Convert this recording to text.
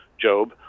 Job